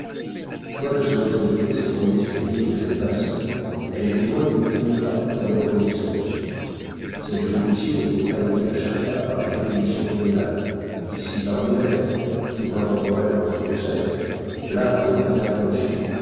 quoique son autorité s'étendît sur des pays assez vastes elle était loin d'y obtenir partout la môme obéissance sa juridiction y était arrêtée à chaque pas par les juridictions féodales ici par un éveque souverain temporel dans sa diocèse là par une ville affranchie